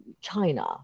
China